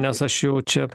nes aš jau čia